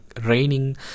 raining